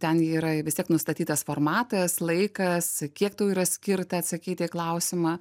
ten yra vis tiek nustatytas formatas laikas kiek tau yra skirta atsakyti į klausimą